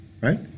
right